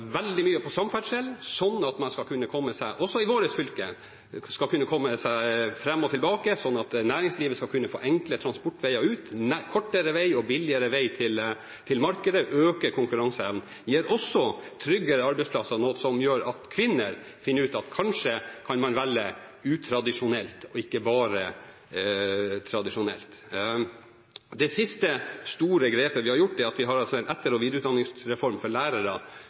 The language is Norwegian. i vårt fylke skal kunne komme seg både fram og tilbake, at næringslivet skal kunne få enkle transportveier ut, kortere vei og billigere vei til markedet og få økt konkurranseevnen. Det gir også tryggere arbeidsplasser, noe som gjør at kvinner finner ut at kanskje man kan velge utradisjonelt, ikke bare tradisjonelt. Det siste store grepet vi har tatt, et at vi har en etter- og videreutdanningsreform for lærere